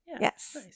yes